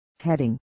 heading